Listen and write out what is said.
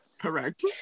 Correct